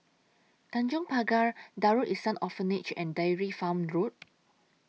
Tanjong Pagar Darul Ihsan Orphanage and Dairy Farm Road